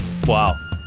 Wow